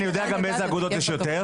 אני יודע גם באיזה אגודות יש יותר,